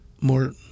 more